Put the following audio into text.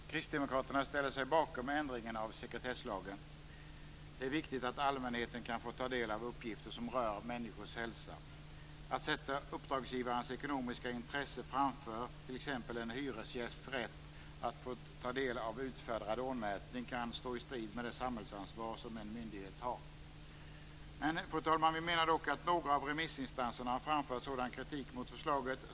Fru talman! Kristdemokraterna ställer sig bakom ändringen av sekretesslagen. Det är viktigt att allmänheten kan få ta del av uppgifter som rör människors hälsa. Att sätta uppdragsgivarens ekonomiska intresse framför t.ex. en hyresgästs rätt att få ta del av resultatet av en utförd radonmätning kan stå i strid med det samhällsansvar som en myndighet har. Men, fru talman, några av remissinstanserna har framfört kritik mot förslaget.